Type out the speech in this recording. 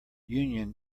union